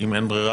אם אין ברירה,